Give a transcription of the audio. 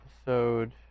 episode